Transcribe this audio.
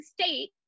State